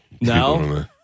no